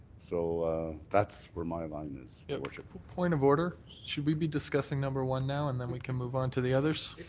so that's where my line is, your worship. point of order. should we be discussing number one now, and then we can move on to the others?